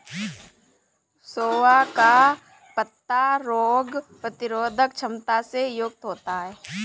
सोआ का पत्ता रोग प्रतिरोधक क्षमता से युक्त होता है